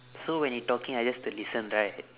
so when you talking I just to listen right